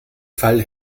fall